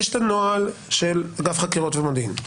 יש את הנוהל של אגף חקירות ומודיעין,